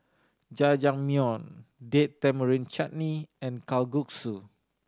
Jajangmyeon Date Tamarind Chutney and Kalguksu